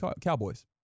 Cowboys